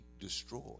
destroyed